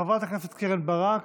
חברת הכנסת קרן ברק,